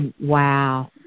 Wow